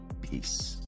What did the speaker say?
peace